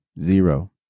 Zero